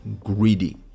greedy